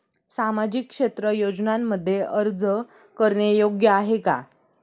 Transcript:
सामाजिक क्षेत्र योजनांमध्ये अर्ज करणे योग्य आहे का?